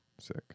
Sick